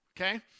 Okay